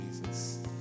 Jesus